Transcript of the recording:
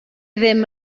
ddim